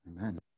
Amen